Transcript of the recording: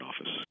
Office